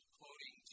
quoting